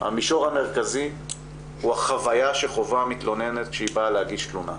המישור המרכזי הוא החוויה שחווה המתלוננת כשהיא באה להגיש תלונה.